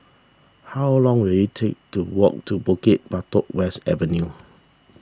how long will it take to walk to Bukit Batok West Avenue